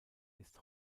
ist